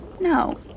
No